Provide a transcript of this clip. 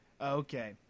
Okay